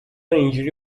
اینجوری